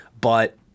but-